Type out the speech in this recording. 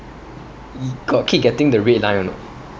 you got keep getting the red line or not